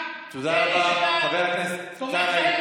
אין חשיבות לפרנסה של אזרחי ישראל,